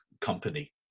company